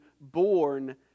born